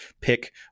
pick